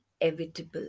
inevitable